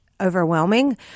overwhelming